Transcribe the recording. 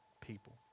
people